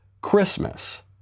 Christmas